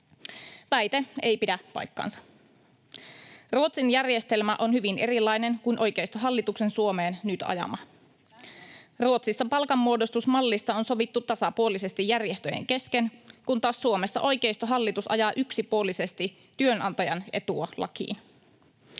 Väite ei pidä paikkaansa. Ruotsin järjestelmä on hyvin erilainen kuin oikeistohallituksen Suomeen nyt ajama. Ruotsissa palkanmuodostusmallista on sovittu tasapuolisesti järjestöjen kesken, kun taas Suomessa oikeistohallitus ajaa yksipuolisesti työnantajan etua lakiin.